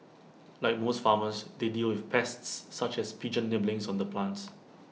like most farmers they deal with pests such as pigeons nibbling on the plants